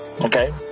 okay